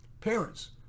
parents